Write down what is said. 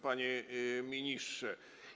Panie Ministrze!